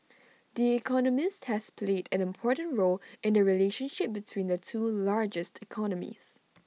the economist has played an important role in the relationship between the two largest economies